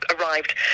arrived